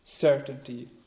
certainty